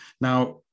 Now